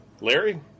Larry